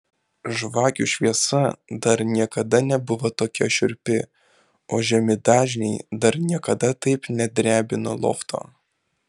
žvakių šviesa dar niekada nebuvo tokia šiurpi o žemi dažniai dar niekada taip nedrebino lofto